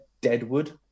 Deadwood